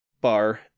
bar